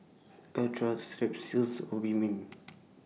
Caltrate Strepsils Obimin